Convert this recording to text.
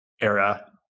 era